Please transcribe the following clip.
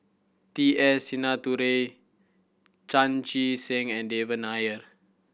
T S Sinnathuray Chan Chee Seng and Devan Nair